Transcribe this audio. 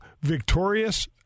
victorious